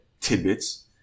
tidbits